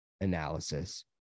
analysis